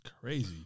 crazy